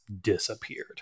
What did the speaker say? disappeared